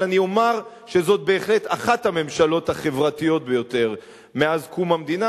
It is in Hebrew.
אבל אני אומר שזאת בהחלט אחת הממשלות החברתיות ביותר מאז קום המדינה,